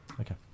Okay